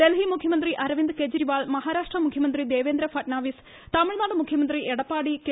ഡൽഹി മുഖ്യമന്ത്രി അരവിന്ദ് കേജ്രിവാൾ മഹാരാഷ്ട്ര മുഖ്യമന്ത്രി ദേവേന്ദ്ര ഫട്നാവിസ് തമിഴ്നാട് മുഖ്യമന്ത്രി എടപ്പാടി കെ